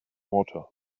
water